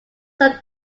some